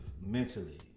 mentally